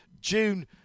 June